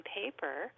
paper